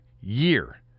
year